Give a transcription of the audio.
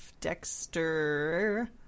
Dexter